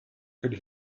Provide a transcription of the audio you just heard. could